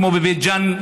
כמו בבית ג'ן,